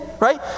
right